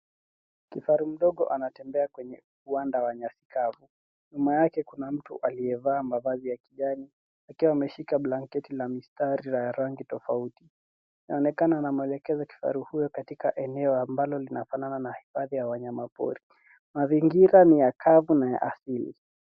Kifaru mdogo anatembea kwenye uwanda wa nyasi kavu. Nyuma yake, kuna mtu aliyevaa mavazi ya kijani akiwa ameshika blanketi la mistari la rangi tofauti. Inaonekana anamwelekeza kifaru huyo katika eneo ambalo linafanana na hifadhi ya wanyamapori. Mazingira ni ya kavu na ya asili.